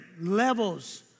levels